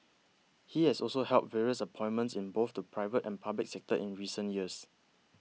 he has also held various appointments in both the private and public sectors in recent years